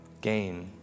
Gain